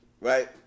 Right